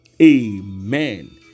Amen